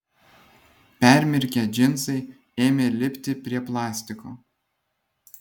permirkę džinsai ėmė lipti prie plastiko